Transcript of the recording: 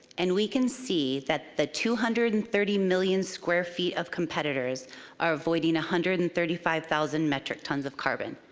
and we can see that the two hundred and thirty million square feet of competitors are avoiding one hundred and thirty five thousand metric tons of carbon.